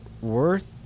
Worth